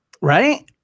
right